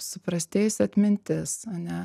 suprastėjusi atmintis a ne